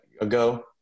ago